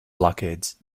blockades